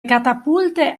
catapulte